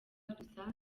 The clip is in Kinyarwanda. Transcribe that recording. gusa